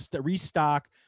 restock